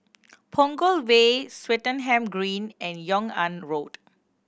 Punggol Way Swettenham Green and Yung An Road